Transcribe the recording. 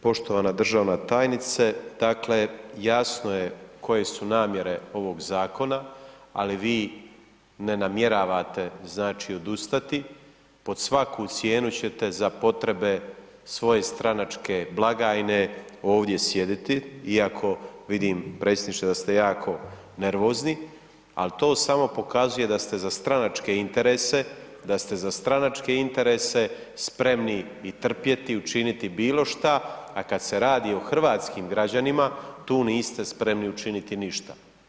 Poštovana državna tajnice, dakle, jasno je koje su namjere ovog zakona, ali vi ne namjeravate, znači, odustati, pod svaku cijenu ćete za potrebe svoje stranačke blagajne ovdje sjediti iako vidim predsjedniče da ste jako nervozni, al to samo pokazuje da ste za stranačke interese, da ste za stranačke interese spremni i trpjeti, učiniti bilo šta, a kad se radi o hrvatskim građanima, tu niste spremni učiniti ništa.